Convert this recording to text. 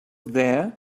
there